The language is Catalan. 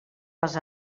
les